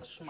התשמ"ח.